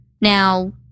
Now